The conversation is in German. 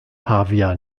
pavia